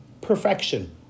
perfection